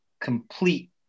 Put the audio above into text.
complete